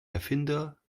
erfinder